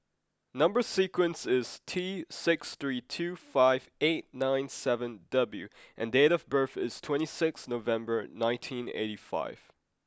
number sequence is T six three two five eight nine seven W and date of birth is twenty six November nineteen eighty five